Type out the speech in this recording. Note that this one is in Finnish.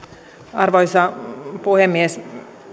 arvoisa puhemies